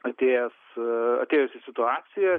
atėjęs atėjusi situacija